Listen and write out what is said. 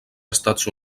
estats